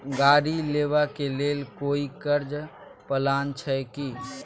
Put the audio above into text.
गाड़ी लेबा के लेल कोई कर्ज प्लान छै की?